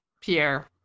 Pierre